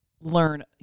learn